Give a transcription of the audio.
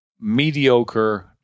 mediocre